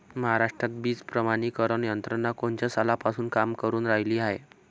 महाराष्ट्रात बीज प्रमानीकरण यंत्रना कोनच्या सालापासून काम करुन रायली हाये?